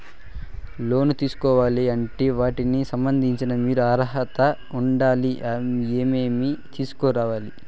లోను తీసుకోవాలి అంటే వాటికి సంబంధించి ఏమి అర్హత ఉండాలి, ఏమేమి తీసుకురావాలి